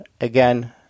again